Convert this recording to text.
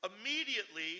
Immediately